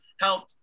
help